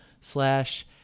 slash